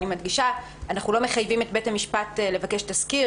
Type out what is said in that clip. אני מדגישה: אנחנו לא מחייבים את בית המשפט לבקש תסקיר,